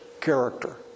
character